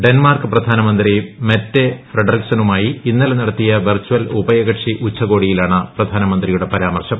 Denmark പ്രക്ടാന്മന്ത്രി Mette ഫ്രെഡറിക ്സണുമായി ഇന്നലെ നടത്തിയ് വെർച്ചൽ ഉഭയകക്ഷി ഉച്ചകോടിയിലാണ് പ്രധാന്റുമ്പ്തിയുടെ പരാമർശം